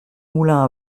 moulin